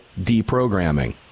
deprogramming